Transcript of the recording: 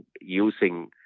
using